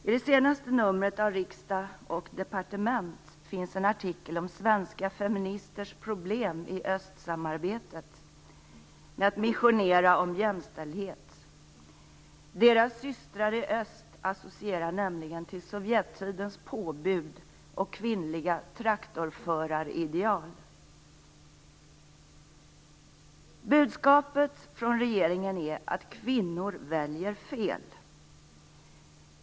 I det senaste numret av Från Riksdag & Departement finns en artikel om svenska feministers problem i östsamarbetet med att missionera om jämställdhet. Deras systrar i öst associerar till Sovjettidens påbud och kvinnliga traktorförarideal. Budskapet från regeringen är att kvinnor väljer fel.